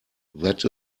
that